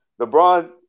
LeBron